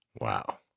Wow